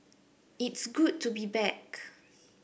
it's good to be back